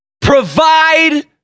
provide